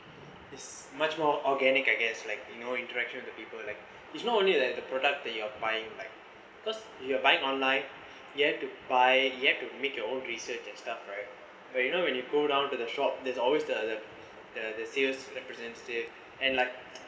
is much more organic I guess like you know interaction with people like it's not only like the product that you are buying like cause you are buying online you have to buy you have to make your own research and stuff right like you know when you go down to the shop there's always the the the the sales representative and like